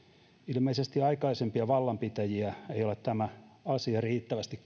ilmeisesti aikaisempia vallanpitäjiä ei ole tämä asia riittävästi